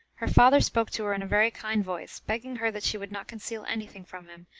her father spoke to her in a very kind voice, begging her that she would not conceal any thing from him,